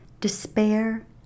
Despair